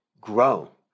grow